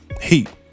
Heat